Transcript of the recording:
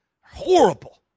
horrible